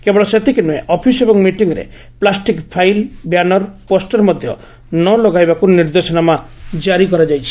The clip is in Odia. କେବଳ ସେତିକି ନୁହେଁ ଅଫିସ୍ ଏବଂ ମିଟିଂରେ ପ୍ଲାଷ୍ଟିକ୍ ଫାଇଲ୍ ବ୍ୟାନର ପୋଷ୍ଟର ମଧ୍ୟ ନ ଲଗାଇବାକ୍ ନିର୍ଦ୍ଦେଶନାମା ଜାରି କରାଯାଇଛି